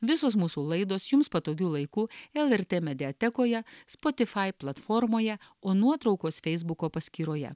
visos mūsų laidos jums patogiu laiku lrt mediatekoje spotify platformoje o nuotraukos feisbuko paskyroje